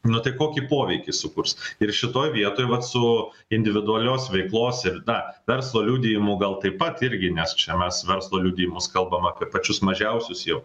nu tai kokį poveikį sukurs ir šitoj vietoj vat su individualios veiklos ir na verslo liudijimų gal taip pat irgi nes čia mes verslo liudijimus kalbame apie pačius mažiausius jau